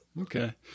Okay